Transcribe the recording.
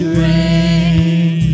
rain